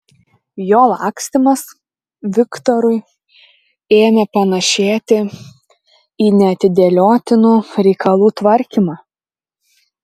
jo lakstymas viktorui ėmė panašėti į neatidėliotinų reikalų tvarkymą